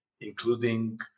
including